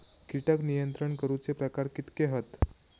कीटक नियंत्रण करूचे प्रकार कितके हत?